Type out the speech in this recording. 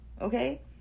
okay